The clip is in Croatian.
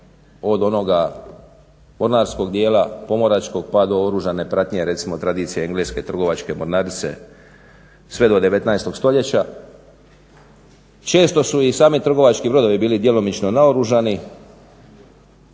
od onoga mornarskog dijela pomoračkog, pa do oružane pratnje recimo tradicije engleske trgovačke mornarice sve do 19 stoljeća. Često su i sami trgovački brodovi bili djelomično naoružani.